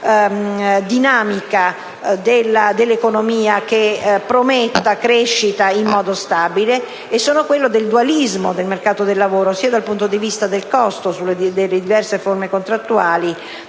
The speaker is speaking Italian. dinamica dell'economia che prometta crescita in modo stabile, nonché al dualismo del mercato del lavoro, dal punto di vista sia del costo delle diverse forme contrattuali